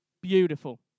Beautiful